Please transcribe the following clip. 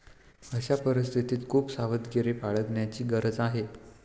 अशा परिस्थितीत खूप सावधगिरी बाळगण्याची गरज आहे